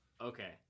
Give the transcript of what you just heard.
Okay